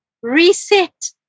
reset